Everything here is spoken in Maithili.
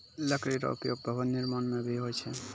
लकड़ी रो उपयोग भवन निर्माण म भी होय छै